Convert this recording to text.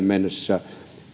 mennessä